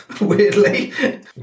weirdly